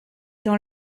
dans